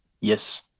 Yes